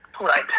right